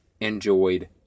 enjoyed